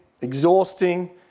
exhausting